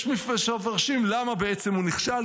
יש מפרשים למה בעצם הוא נכשל,